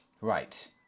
Right